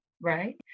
right